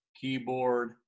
keyboard